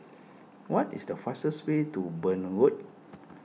what is the fastest way to Burn Road